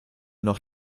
noch